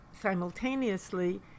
simultaneously